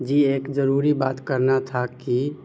جی ایک ضروری بات کرنا تھا کہ